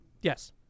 Yes